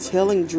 Telling